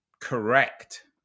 correct